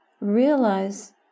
realize